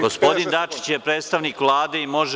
Gospodin Dačić je predstavnik Vlade i može…